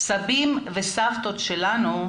סבים וסבתות שלנו,